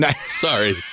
Sorry